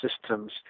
systems